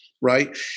right